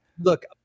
Look